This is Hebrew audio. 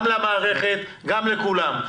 גם למערכת וגם לכולם.